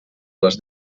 les